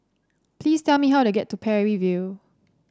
please tell me how to get to Parry View